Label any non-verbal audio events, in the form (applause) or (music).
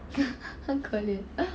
(laughs) 很可怜